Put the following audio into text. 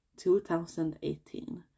2018